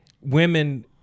Women